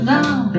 now